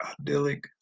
idyllic